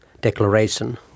declaration